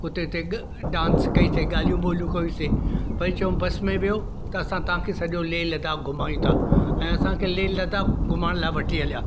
उते उते ग डांस कईसीं ॻाल्हियूं ॿोल्हियूं कयूंसीं वरी चयूं बस में वेहो त असां तव्हांखे सॼो लेह लद्दाख घुमायूं था ऐं असांखे लेह लद्दाख घुमाइण लाइ वठी हलिया